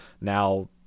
Now